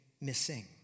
missing